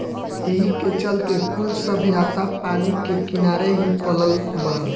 एही के चलते कुल सभ्यता पानी के किनारे ही पलल बढ़ल